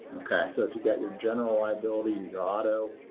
so if you've got your general liability, your your auto,